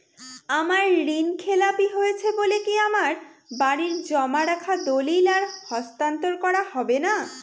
আমার ঋণ খেলাপি হয়েছে বলে কি আমার বাড়ির জমা রাখা দলিল আর হস্তান্তর করা হবে না?